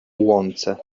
łące